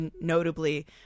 notably